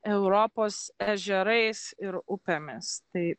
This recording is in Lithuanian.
europos ežerais ir upėmis tai